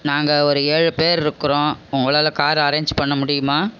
நாங்கள் ஒரு ஏழு பேர் இருக்கிறோம் உங்களால் கார் அரேஞ் பண்ண முடியுமா